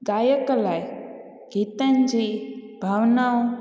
गायक लाइ गीतनि जी भावनाऊं